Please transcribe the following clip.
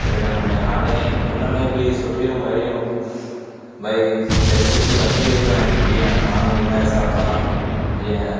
अहिड़े नमूने हाणे हुनमें बि सुठियूं अहिड़ियूं भई फैसिलीटियूं अची वियूं आहिनि जीअं माण्हू हुन जे हिसाब सां जीअं